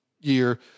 year